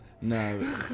No